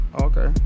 Okay